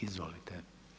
Izvolite.